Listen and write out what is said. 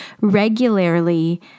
regularly